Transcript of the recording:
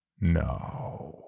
No